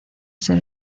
ser